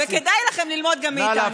וכדאי לכם גם ללמוד מאיתנו.